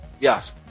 yes